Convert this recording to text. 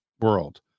world